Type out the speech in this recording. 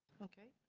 okay.